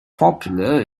popular